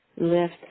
lift